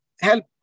help